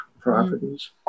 properties